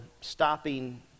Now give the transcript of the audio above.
stopping